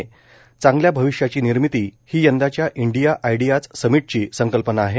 चांगल्या भविष्याची निर्मिती ही यंदाच्या इंडिया आयडिया समिटची संकल्पना आहे